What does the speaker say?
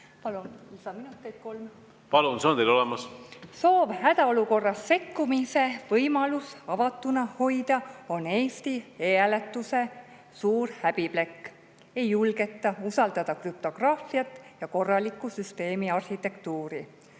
Palun, need on teil olemas! Palun, need on teil olemas! Soov hädaolukorras sekkumise võimalus avatuna hoida on Eesti e‑hääletuse suur häbiplekk. Ei julgeta usaldada krüptograafiat ja korralikku süsteemiarhitektuuri.